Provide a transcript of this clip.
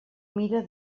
mira